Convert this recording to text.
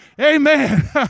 Amen